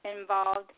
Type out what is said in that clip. involved